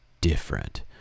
different